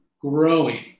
growing